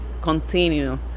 continue